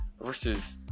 versus